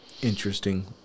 Interesting